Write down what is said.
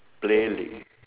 play